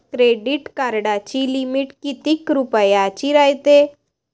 Credit कार्डाची limit कितीक रुपयाची रायते?